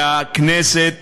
והכנסת